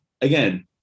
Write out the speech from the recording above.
again